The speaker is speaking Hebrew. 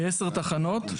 כ-10 תחנות,